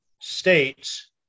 states